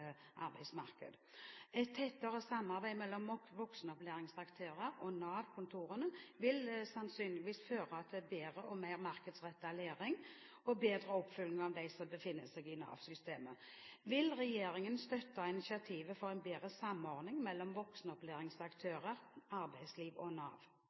arbeidsmarked. Et tettere samarbeid mellom voksenopplæringsaktører og Nav-kontorene, vil sannsynligvis føre til bedre og mer markedsrettet læring og bedre oppfølging av dem som befinner seg i Nav-systemet. Vil regjeringen støtte initiativet for en bedre samordning mellom voksenopplæringsaktører, arbeidslivet og Nav?